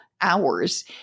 hours